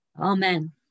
Amen